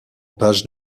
page